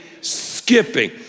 skipping